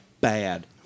Bad